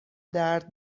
درد